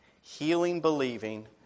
healing-believing